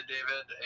David